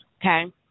okay